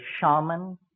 shaman